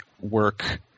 work